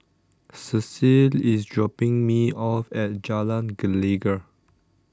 Cecile is dropping me off at Jalan Gelegar